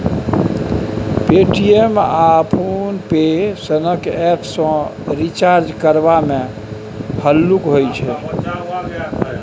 Paytm आ PhonePe सनक app सँ रिचार्ज करबा मे हल्लुक होइ छै